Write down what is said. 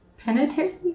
Penitentiary